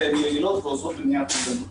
והן יעילות ועוזרות במניעת אובדנות.